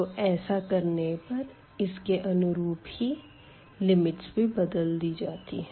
तो ऐसा करने पर इसके अनुरूप ही लिमिट्स भी बदल दी जाती है